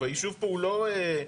היישוב פה הוא לא מגדיל.